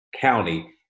county